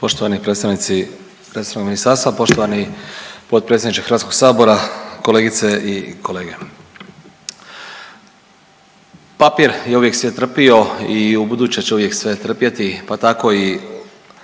Poštovani predstavnici resornog Ministarstva, poštovani potpredsjedniče Hrvatskoga sabora, kolegice i kolege. Papir je uvijek sve trpio i ubuduće će uvijek sve trpjeti, pa tako i